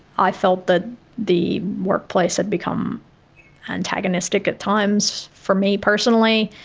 i felt that the workplace had become antagonistic at times for me personally.